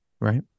right